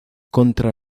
contra